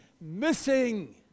missing